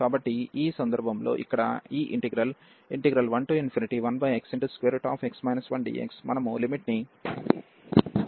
కాబట్టి ఈ సందర్భంలో ఇక్కడ ఈ ఇంటిగ్రల్ 11xx 1dx మనము లిమిట్ ని నుండి 0 వరకు మరియు R నుండి పొందుతాము